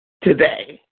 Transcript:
today